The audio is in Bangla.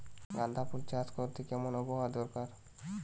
গাঁদাফুল চাষ করতে কেমন আবহাওয়া দরকার?